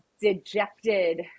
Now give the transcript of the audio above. dejected